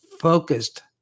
FOCUSED